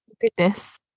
Goodness